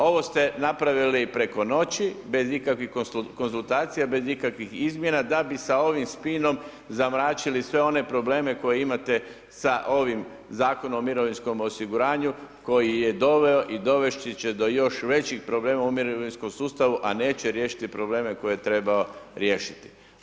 Ovo ste napravili preko noći bez ikakvih konzultacija, bez ikakvih izmjena da bi sa ovim spinom zamračili sve one probleme koje imate sa ovim Zakonom o mirovinskom osiguranju koji je doveo i dovesti će do još većih problema u mirovinskom sustavu a neće riješiti probleme koje treba riješiti.